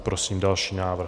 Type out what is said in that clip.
Prosím další návrh.